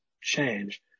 change